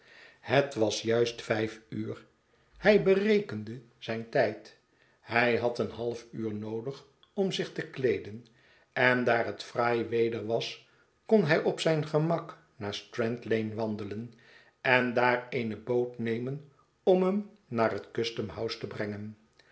het was juist vijf uur hij berekende zijn tijd hij had een half uur noodig om zich te kleeden en daar het fraai weder was kon hij op zijn gemak naar strand lane wandelen en daar eene boot nemen om hem naar het custom house te brengen